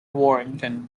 warrington